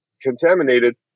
contaminated